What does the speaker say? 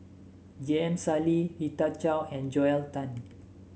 J M Sali Rita Chao and Joel Tan